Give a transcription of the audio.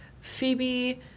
Phoebe